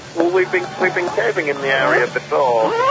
well, we'd been we'd been caving in the area before,